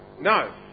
No